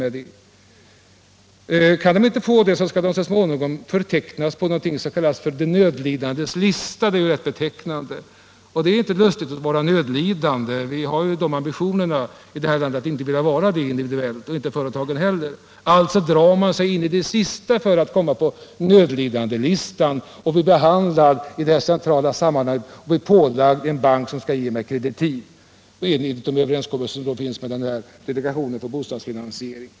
Om de inte kan få pengar skall de så småningom antecknas på något som kan kallas ”de nödlidandes lista” och det är rätt betecknande. Det är inte lustigt att vara nödlidande. I detta land har vi ambitionerna att inte individuellt behöva vara det. Detta gäller även företagen. Alltså drar man sig in i det sista att komma på nödlidandelistan och bli hänvisad till en bank som skall ge kreditiv, allt enligt den överenskommelse som finns träffad med delegationen för bostadsfinansiering.